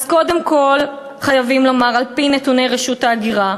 אז קודם כול חייבים לומר שעל-פי נתוני רשות ההגירה,